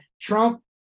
Trump